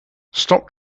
stop